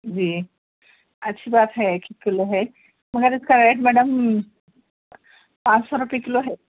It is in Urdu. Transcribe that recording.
جی اچھی بات ہے ایک ایک کلو ہے مگر اِس کا ریٹ میڈم پانچ سو روپئے کلو ہے